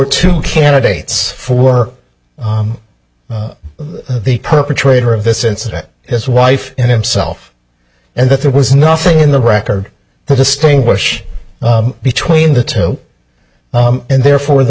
two candidates for the perpetrator of this incident his wife and himself and that there was nothing in the record to distinguish between the two and therefore the